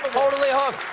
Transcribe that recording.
totally hooked,